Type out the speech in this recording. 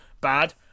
bad